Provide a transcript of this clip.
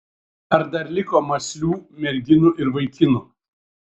ar dar liko mąslių merginų ir vaikinų